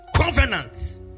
Covenant